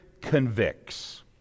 convicts